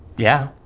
yeah.